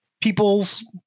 people's